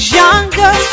younger